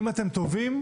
אם אתם טובים,